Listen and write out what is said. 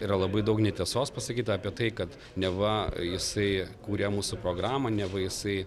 yra labai daug netiesos pasakyta apie tai kad neva jisai kūrė mūsų programą neva jisai